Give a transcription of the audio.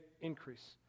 increase